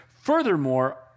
Furthermore